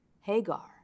Hagar